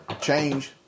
change